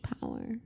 power